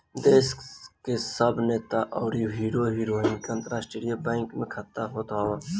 देस के सब नेता अउरी हीरो हीरोइन के अंतरराष्ट्रीय बैंक में खाता होत हअ